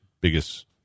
biggest